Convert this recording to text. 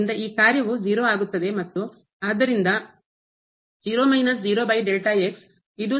ಆದ್ದರಿಂದ ಈ ಕಾರ್ಯವು 0 ಆಗುತ್ತದೆ ಮತ್ತು ಆದ್ದರಿಂದ ಇದು ಸಹ 0 ಆಗುತ್ತದೆ